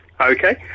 Okay